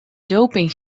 doping